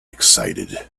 excited